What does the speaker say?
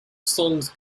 songs